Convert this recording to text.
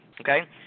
Okay